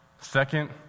Second